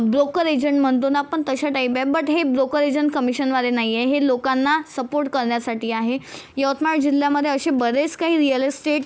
broker agent म्हनतो नं आपन तशा टाईपाय बट हे ब्रोकर एजंट कमिशनवाले नाईये हे लोकांना सपोर्ट करन्यासाठी आहे यवतमाळ जिल्ह्यामधे अशे बरेच काही रियलेस्टेट